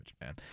man